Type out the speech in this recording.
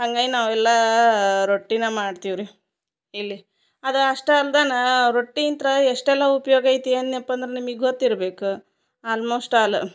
ಹಂಗಯ್ ನಾವೆಲ್ಲ ರೊಟ್ಟಿನ ಮಾಡ್ತಿವಿ ರೀ ಇಲ್ಲಿ ಅದ ಅಷ್ಟ ಅಲ್ದನಾ ರೊಟ್ಟಿ ಇಂತ್ರ ಎಷ್ಟೆಲ್ಲ ಉಪಯೋಗ ಐತಿ ಅನ್ಯಪಂದರ ನಿಮಗ್ ಗೊತ್ತಿರ್ಬೇಕ ಆಲ್ಮೋಸ್ಟ್ ಆಲ್